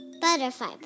Butterfly